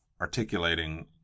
articulating